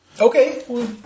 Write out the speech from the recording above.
Okay